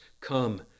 come